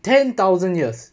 ten thousand years